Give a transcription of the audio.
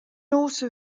also